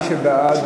מי שבעד,